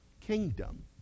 Kingdom